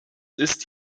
ist